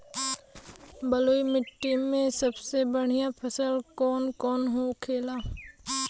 बलुई मिट्टी में सबसे बढ़ियां फसल कौन कौन होखेला?